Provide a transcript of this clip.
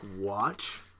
watch